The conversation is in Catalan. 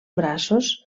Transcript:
braços